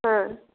হ্যাঁ